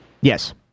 Yes